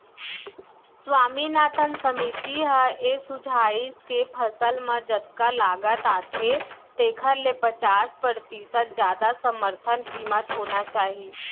स्वामीनाथन समिति ह ए सुझाइस के फसल म जतका लागत आथे तेखर ले पचास परतिसत जादा समरथन कीमत होना चाही